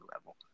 level